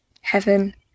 heaven